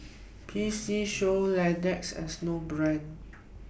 P C Show Lexus and Snowbrand